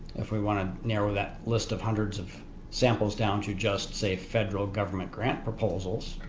if we want to narrow that list of hundreds of samples down to just say federal government grant proposals